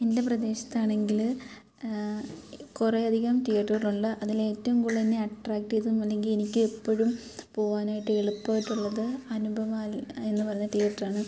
എൻ്റെ പ്രദേശത്താണെങ്കിൽ കുറെ അധികം തിയറ്ററുകളുണ്ട് അതിലെറ്റവും കൂടുതൽ എന്നെ അട്ട്രാക്റ്റ് ചെയ്തത് അല്ലെങ്കിൽ എനിക്ക് എപ്പോഴും പോകാനായിട്ട് എളുപ്പമായിട്ടുള്ളത് അനുപമ എന്ന് പറഞ്ഞ തിയറ്ററാണ്